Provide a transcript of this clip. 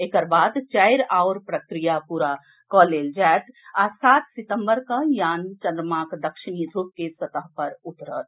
एकर बाद चारि आओर प्रक्रिया पूर कऽ लेल जाएत आ सात सितम्बर कें यान चन्द्रमाक दक्षिण ध्रुव के सतह पर उतरत